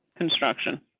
construction?